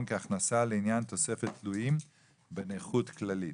כהכנסה לעניין תוספת תלויים בנכות כללית.